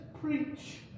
preach